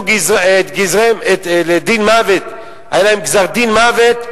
והיה להם גזר-דין מוות,